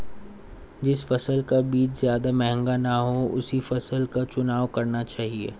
जिस फसल का बीज ज्यादा महंगा ना हो उसी फसल का चुनाव करना चाहिए